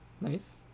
Nice